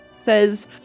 says